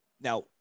Now